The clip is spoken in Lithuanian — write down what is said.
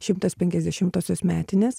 šimtas penkiasdešimtosios metinės